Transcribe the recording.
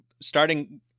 starting